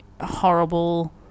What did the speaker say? horrible